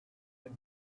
had